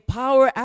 power